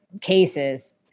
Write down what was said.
cases